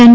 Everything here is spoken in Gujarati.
એન